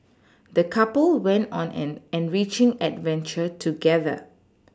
the couple went on an enriching adventure together